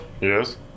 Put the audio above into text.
Yes